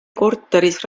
korteris